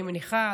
אני מניחה,